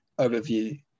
overview